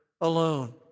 alone